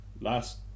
last